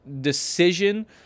decision